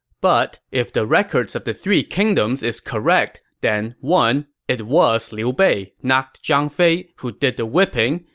but if the records of the three kingdoms is correct, then one it was liu bei, not zhang fei, who did the whipping,